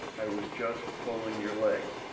i was just pulling your leg.